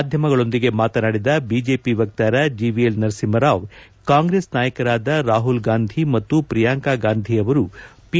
ಮಾಧ್ಯಮಗಳೊಂದಿಗೆ ಮಾತನಾಡಿದ ಬಿಜೆಪಿ ವಕ್ಕಾರ ಜಿವಿಎಲ್ ನರಸಿಂಹ ರಾವ್ ಕಾಂಗ್ರೆಸ್ ನಾಯಕರಾದ ರಾಹುಲ್ ಗಾಂಧಿ ಮತ್ತು ಪ್ರಿಯಾಂಕ ಗಾಂಧಿ ಅವರು ಪಿ